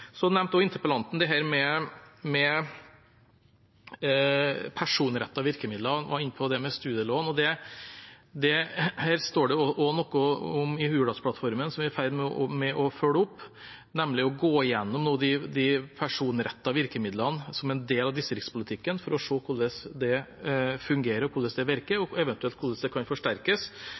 nevnte også dette med personrettede virkemidler og var inne på studielån. Dette står det noe om i Hurdalsplattformen, som vi er i ferd med å følge opp, nemlig å gå gjennom de personrettede virkemidlene som en del av distriktspolitikken for å se hvordan det fungerer, hvordan det virker, og eventuelt hvordan det kan forsterkes.